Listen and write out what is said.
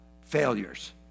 failures